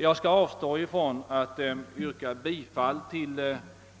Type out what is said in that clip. Jag skall avstå från att yrka bifall till